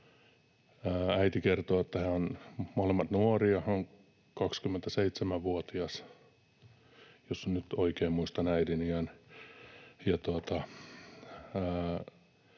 äiti kertoo, että he ovat molemmat nuoria. Hän on 27-vuotias, jos nyt oikein muistan äidin iän,